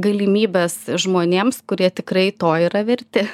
galimybes žmonėms kurie tikrai to yra verti